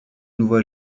nouveau